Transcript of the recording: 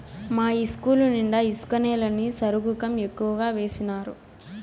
మా ఇస్కూలు నిండా ఇసుక నేలని సరుగుకం ఎక్కువగా వేసినారు